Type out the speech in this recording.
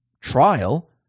trial